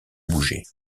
bougeait